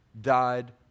died